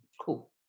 Cool